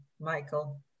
Michael